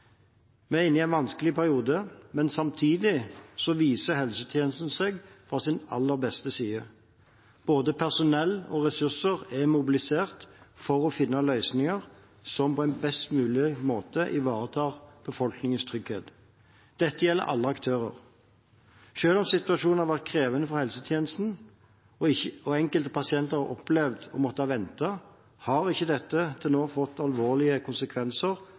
Vi er inne i en vanskelig periode, men samtidig viser helsetjenesten seg fra sin aller beste side. Både personell og ressurser er mobilisert for å finne løsninger som på en best mulig måte ivaretar befolkningens trygghet. Dette gjelder alle aktører. Selv om situasjonen har vært krevende for helsetjenesten og enkelte pasienter har opplevd å måtte vente, har ikke dette til nå fått alvorlige konsekvenser